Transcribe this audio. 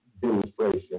demonstration